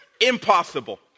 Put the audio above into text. Impossible